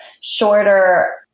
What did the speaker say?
shorter